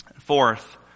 Fourth